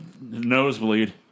nosebleed